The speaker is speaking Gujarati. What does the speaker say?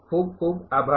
ખુબ ખુબ આભાર